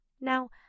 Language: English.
Now